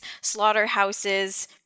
slaughterhouses